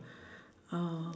uh